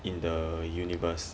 in the universe